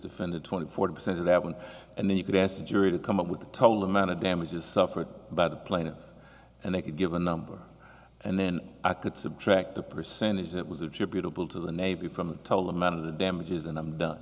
defendant twenty four percent of that one and then you could ask the jury to come up with the total amount of damages suffered by the plaintiff and they could give a number and then i could subtract the percentage that was attributable to the nabi from the total amount of the damages and i'm done